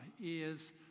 ears